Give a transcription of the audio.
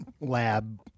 lab